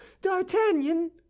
D'Artagnan